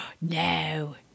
No